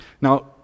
Now